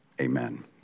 Amen